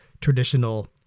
traditional